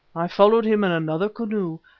i followed him in another canoe,